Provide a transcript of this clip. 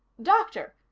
doctor,